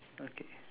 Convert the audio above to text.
okay